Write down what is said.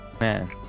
Man